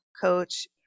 coach